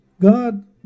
God